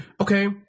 okay